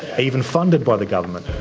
even funded by the government.